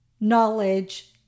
knowledge